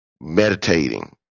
meditating